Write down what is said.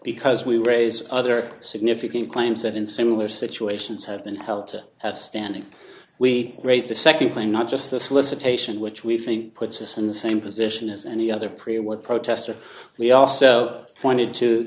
because we raise other significant claims that in similar situations have been held at standing we raise the nd claim not just the solicitation which we think puts us in the same position as any other pre war protester we also pointed to